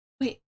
wait